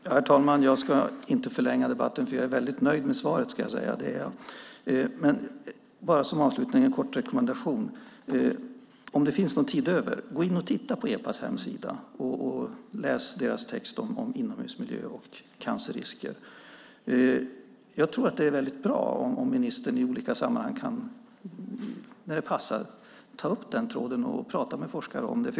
Herr talman! Jag ska inte förlänga debatten eftersom jag är nöjd med svaret. Låt mig som avslutning ge en kort rekommendation. Om det finns tid över, gå in och titta på Epas hemsida och läs deras text om inomhusmiljö och cancerrisker. Jag tror att det är bra om ministern i olika sammanhang kan, när det passar, ta upp den tråden och prata med forskare om den.